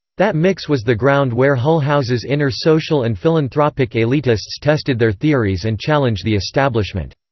that mix was the ground where hull house's inner social and philanthropic elitists tested their theories and challenged the establishment.